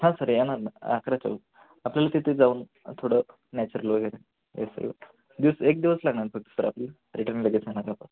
हां सर येणार ना अकराच्या आपल्याला तिथे जाऊन थोडं नॅचरल वगैरे हे सगळं दिवस एक दिवस लागणार फक्त सर आपली रिटर्न लगेच येणार